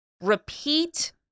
repeat